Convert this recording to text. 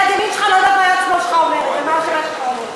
יד ימין שלך לא יודעת מה יד שמאל שלך אומרת ומה שהפה שלך אומר.